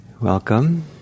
welcome